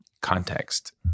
Context